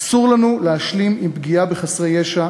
אסור לנו להשלים עם פגיעה בחסרי ישע,